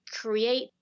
create